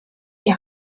die